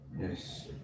Yes